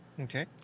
Okay